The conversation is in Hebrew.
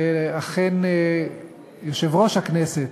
ואכן יושב-ראש הכנסת